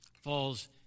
falls